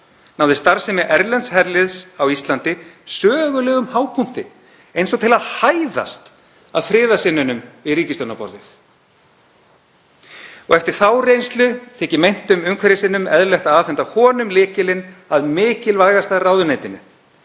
náði starfsemi erlends herliðs á Íslandi sögulegum hápunkti eins og til að hæðast að friðarsinnunum við ríkisstjórnarborðið. Eftir þá reynslu þykir meintum umhverfissinnum eðlilegt að afhenda honum lykilinn að mikilvægasta ráðuneytinu